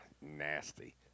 nasty